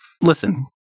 Listen